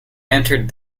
entered